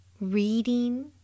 reading